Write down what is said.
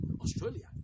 Australia